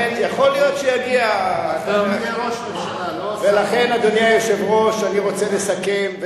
אני אשב יותר קדימה, ולכן, אני רוצה, נסים זאב